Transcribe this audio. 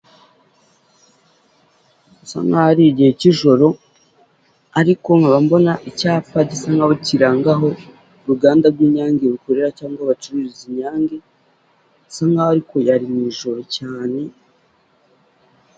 Hasa nkaho ari igihe cy'ijoro ariko nkaba mbona icyapa gisa nkaho kirangaho uruganda rw'inyange rukorera cyangwa aho bacururiza inyange bisa nkaho ariko yari mu ijoro cyane.